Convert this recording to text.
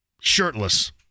shirtless